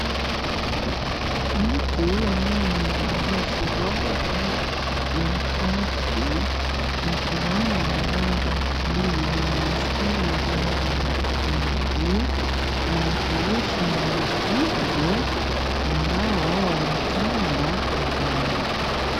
Mtu, ambaye amevalia suruali ya kaki na fulana ya rangi ya bluu yenye mistari ya rangi nyekundu, anafurusha nzige, ambao wametanda angani.